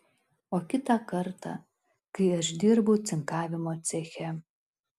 o kitą kartą kai aš dirbau cinkavimo ceche